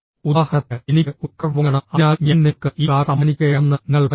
ഉദാഹരണത്തിന് എനിക്ക് ഒരു കാർ വാങ്ങണം അതിനാൽ ഞാൻ നിങ്ങൾക്ക് ഈ കാർ സമ്മാനിക്കുകയാണെന്ന് നിങ്ങൾ പറയുന്നു